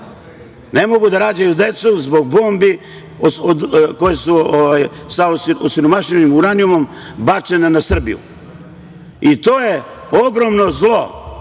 ne mogu da rađaju decu zbog bombi koji su sa osiromašenim uranijumom bačene na Srbiju. To je ogromno zlo